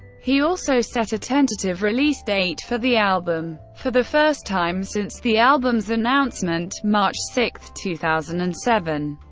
he also set a tentative release date for the album for the first time since the album's announcement march six, two thousand and seven.